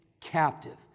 captive